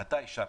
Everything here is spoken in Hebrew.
אתה אישרת.